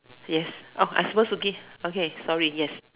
yes oh I'm supposed to give okay sorry yes